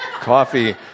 coffee